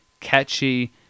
catchy